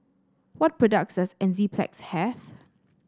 what products does Enzyplex have